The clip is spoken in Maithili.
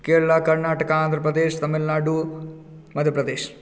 केरला कर्नाटका आन्ध्रप्रदेश तमिलनाडु मध्यप्रदेश